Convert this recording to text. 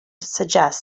suggest